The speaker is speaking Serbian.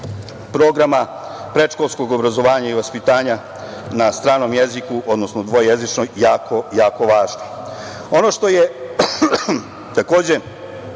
programa predškolskog obrazovanja i vaspitanja na stranom jeziku, odnosno dvojezično, jako važno. Ono što je takođe